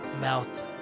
mouth